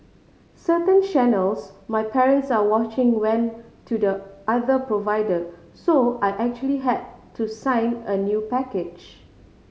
certain channels my parents are watching went to the other provider so I actually had to sign a new package